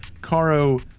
Caro